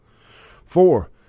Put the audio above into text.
Four